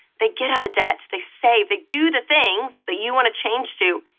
they get out of debt, they save, they do the things that you want to change to,